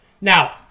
now